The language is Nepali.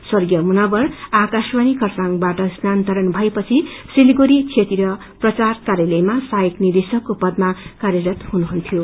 स्वर्गीय मुनव्वर आकाशवाणी खरसाङबाट स्यानन्तरण भए पछि सिलगढ़ी क्षेत्रीय प्रचार कार्यालयमा सहायक निदेशकको पदमा कार्यरत हुनुहुन्थ्यो